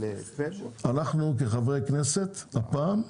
אנחנו כחברי כנסת הפעם,